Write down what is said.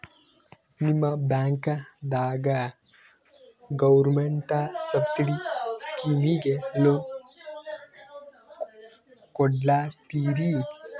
ನಿಮ ಬ್ಯಾಂಕದಾಗ government subsidy ಸ್ಕೀಮಿಗಿ ಲೊನ ಕೊಡ್ಲತ್ತೀರಿ?